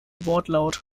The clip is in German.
wortlaut